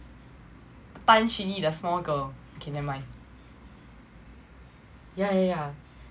tan shin yee the small girl okay never mind yeah yeah yeah